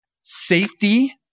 safety